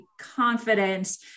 confidence